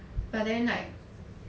but then like